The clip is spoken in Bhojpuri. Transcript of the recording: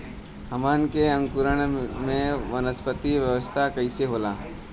हमन के अंकुरण में वानस्पतिक अवस्था कइसे होला?